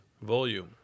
Volume